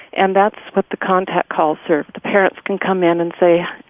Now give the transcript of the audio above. and that's what the contact call served. the parents can come in and say,